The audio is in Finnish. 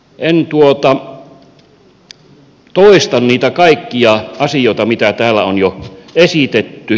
en toista niitä kaikkia asioita mitä täällä on jo esitetty